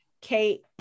Kate